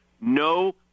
no